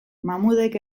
mahmudek